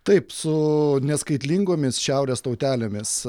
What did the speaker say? taip su neskaitlingomis šiaurės tautelėmis